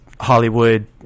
Hollywood